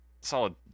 solid